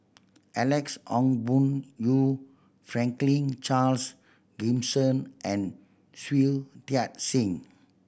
Alex Ong Boon Hau Franklin Charles Gimson and Shui Tit Sing